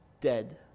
dead